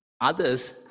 others